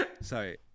Sorry